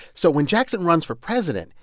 so when jackson runs for president,